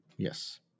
Yes